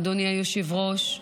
אדוני היושב-ראש,